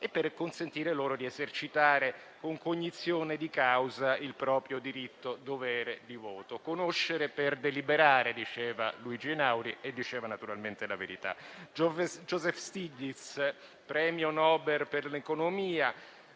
e per consentire loro di esercitare con cognizione di causa il proprio diritto-dovere di voto. Conoscere per deliberare diceva Luigi Einaudi e naturalmente diceva la verità.